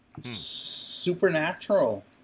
Supernatural